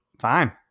fine